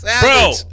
Bro